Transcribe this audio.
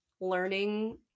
learning